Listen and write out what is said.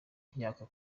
yaka